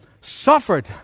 suffered